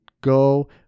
go